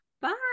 Bye